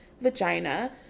vagina